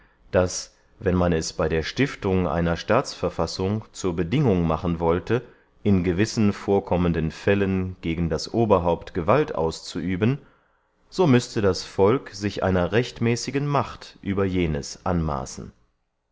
daß wenn man es bey der stiftung einer staatsverfassung zur bedingung machen wollte in gewissen vorkommenden fällen gegen das oberhaupt gewalt auszuüben so müßte das volk sich einer rechtmäßigen macht über jenes anmaßen